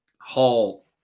Hall